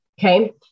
okay